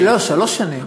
לא, שלוש שנים.